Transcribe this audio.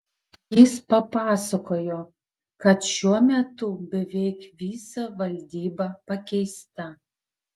jis papasakojo kad šiuo metu beveik visa valdyba pakeista